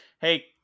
Hey